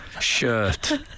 shirt